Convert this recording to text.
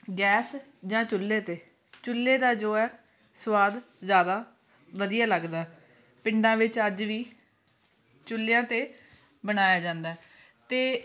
gas ਜਾਂ ਚੁੱਲ੍ਹੇ 'ਤੇ ਚੁੱਲ੍ਹੇ ਦਾ ਜੋ ਹੈ ਸਵਾਦ ਜ਼ਿਆਦਾ ਵਧੀਆ ਲੱਗਦਾ ਪਿੰਡਾਂ ਵਿੱਚ ਅੱਜ ਵੀ ਚੁੱਲ੍ਹਿਆਂ 'ਤੇ ਬਣਾਇਆ ਜਾਂਦਾ ਅਤੇ